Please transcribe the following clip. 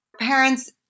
Parents